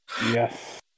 Yes